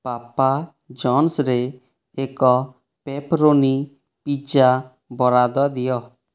papa ଜନ୍ସରେ ଏକ pepperoni pizza ବରାଦ ଦିଅ